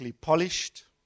polished